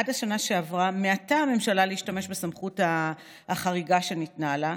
עד השנה שעברה מיעטה הממשלה להשתמש בסמכות החריגה שניתנה לה.